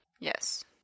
Yes